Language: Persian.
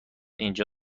اینجا